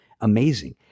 amazing